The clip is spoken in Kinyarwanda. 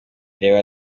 reba